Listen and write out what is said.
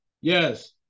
yes